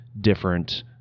different